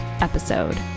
episode